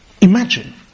imagine